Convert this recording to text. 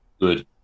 Good